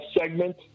segment